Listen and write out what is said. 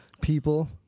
people